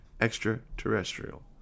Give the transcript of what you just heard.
extraterrestrial